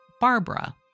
Barbara